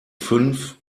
fünf